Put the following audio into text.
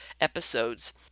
episodes